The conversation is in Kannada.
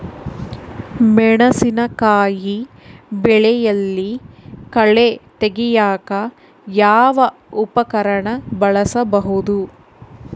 ಮೆಣಸಿನಕಾಯಿ ಬೆಳೆಯಲ್ಲಿ ಕಳೆ ತೆಗಿಯಾಕ ಯಾವ ಉಪಕರಣ ಬಳಸಬಹುದು?